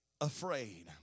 afraid